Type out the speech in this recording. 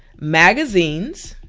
magazines,